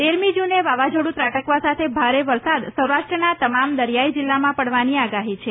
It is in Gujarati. તેરમી જૂને વાવાઝોડ્રં ત્રાટકવા સાથે ભારે વરસાદ સૌરાષ્ટ્રના તમામ દરિયાઇ જિલ્લામાં પડવાની આગાહી છે